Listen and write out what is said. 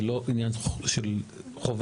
זה לא עניין של חובה.